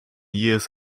years